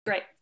Great